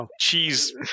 cheese